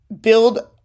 build